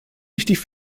richtig